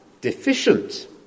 deficient